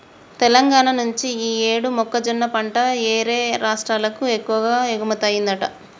తెలంగాణా నుంచి యీ యేడు మొక్కజొన్న పంట యేరే రాష్టాలకు ఎక్కువగా ఎగుమతయ్యిందంట